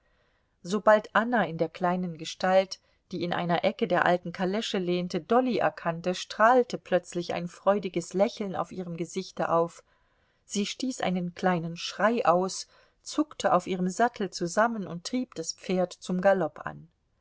sobald anna in der kleinen gestalt die in einer ecke der alten kalesche lehnte dolly erkannte strahlte plötzlich ein freudiges lächeln auf ihrem gesichte auf sie stieß einen kleinen schrei aus zuckte auf ihrem sattel zusammen und trieb das pferd zum galopp an